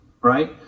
right